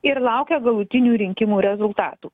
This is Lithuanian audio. ir laukia galutinių rinkimų rezultatų